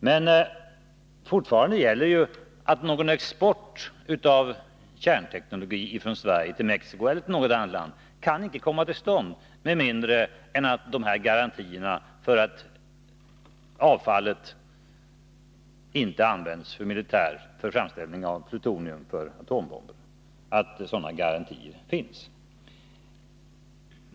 Men fortfarande gäller att någon export av kärnteknologi från Sverige till Mexico eller något annat land inte kan komma till stånd med mindre än att garantier för att avfallet inte används för framställning av plutonium för atombomber lämnats.